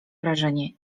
wrażenie